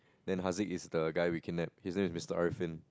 then Harzik is the guy we kidnap he's name is Mister Arfin